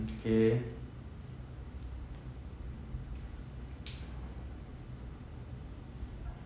okay